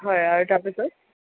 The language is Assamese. হয় আৰু তাৰপিছত